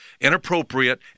inappropriate